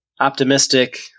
Optimistic